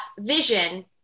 vision